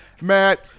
Matt